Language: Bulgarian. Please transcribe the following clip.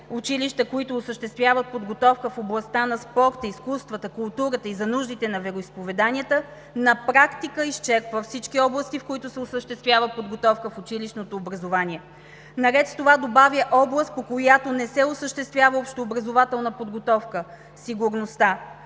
училища, които осъществяват подготовка в областта на спорта, изкуствата, културата и за нуждите на вероизповеданията, на практика изчерпва всички области, в които се осъществява подготовка в училищното образование. Наред с това добавя област, по която не се осъществява общообразователна подготовка – сигурността.